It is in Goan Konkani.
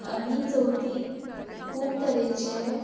आमी चवथीक खूब तरेचे